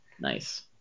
Nice